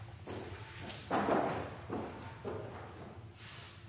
Ja,